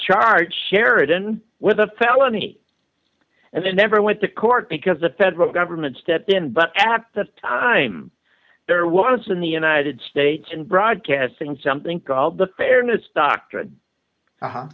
charge sheridan with a felony and they never went to court because the federal government stepped in but at the time there was in the united states in broadcasting something called the fairness doctrine